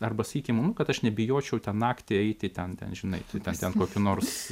arba sakykim nu kad aš nebijočiau ten naktį eiti ten ten žinai ten ten kokiu nors